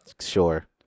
Sure